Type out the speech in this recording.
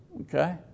Okay